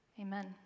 Amen